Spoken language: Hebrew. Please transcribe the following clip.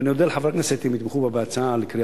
אני אודה לחברי הכנסת אם יתמכו בהצעה בקריאה